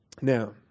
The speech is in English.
Now